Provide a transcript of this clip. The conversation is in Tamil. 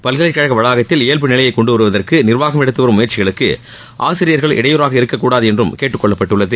பல்கலைக்கழக வளாகத்தில் இயல்பு நிலையை கொண்டுவருவதற்கு நிர்வாகம் எடுத்தும் வரும் முயற்சிகளுக்கு ஆசிரியர்கள் இடையூறாக இருக்கக்கூடாது என்றும் கேட்டுக்கொள்ளப்பட்டுள்ளது